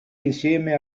insieme